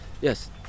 yes